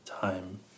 time